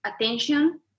attention